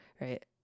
right